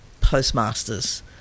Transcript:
postmasters